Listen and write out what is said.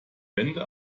wände